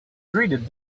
greeted